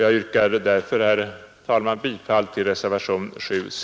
Jag yrkar därför, herr talman, bifall till reservationen 7 c.